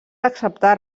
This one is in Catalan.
acceptar